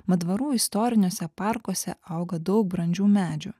mat dvarų istoriniuose parkuose auga daug brandžių medžių